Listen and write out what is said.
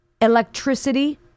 electricity